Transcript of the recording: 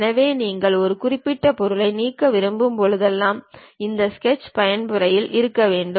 எனவே நீங்கள் ஒரு குறிப்பிட்ட பொருளை நீக்க விரும்பும் போதெல்லாம் நீங்கள் ஸ்கெட்ச் பயன்முறையில் இருக்க வேண்டும்